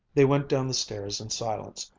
they went down the stairs in silence,